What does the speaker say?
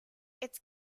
its